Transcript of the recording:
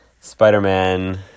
Spider-Man